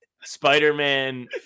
spider-man